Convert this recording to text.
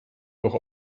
doch